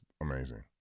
amazing